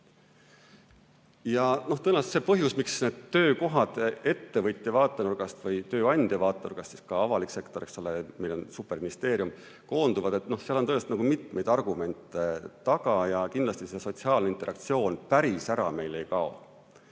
Tõenäoliselt see põhjus, miks need töökohad ettevõtja vaatenurgast või tööandja vaatenurgast – ka avalik sektor, eks ole, meil on näiteks superministeerium – koonduvad, seal on tõesti mitmeid argumente taga. Kindlasti sotsiaalne interaktsioon päris ära meil ei kao.